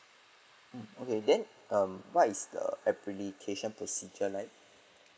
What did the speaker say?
mm okay then um what is the application procedure like